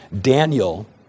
Daniel